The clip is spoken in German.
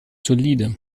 solide